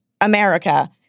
America